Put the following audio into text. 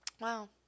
Wow